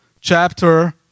chapter